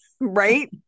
Right